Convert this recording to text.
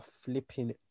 flipping